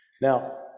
Now